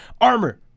Armor